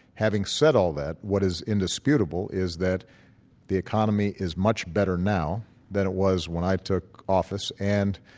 having said all that, what is indisputable is that the economy is much better now than it was when i took office and